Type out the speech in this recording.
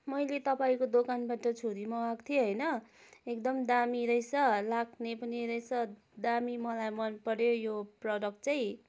मैले तपाईँको दोकानबाट छुरी मगाएको थिएँ होइन एकदम दामी रहेछ लाग्ने पनि रहेछ दामी मलाई मनपर्यो यो प्रडक्ट चाहिँ